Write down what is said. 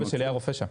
אבא שלי היה רופא שם.